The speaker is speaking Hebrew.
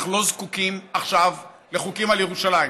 אנחנו לא זקוקים עכשיו לחוקים על ירושלים.